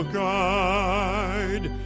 guide